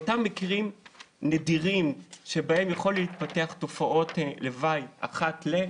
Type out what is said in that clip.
לאותם מקרים נדירים שבהם יכולות להתפתח תופעות לוואי אחת ל-,